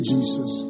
Jesus